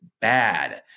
bad